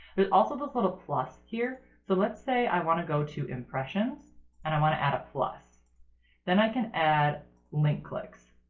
there's also this little plus here. so let's say i want to go to impressions and i want to add a plus then i can add link clicks.